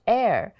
air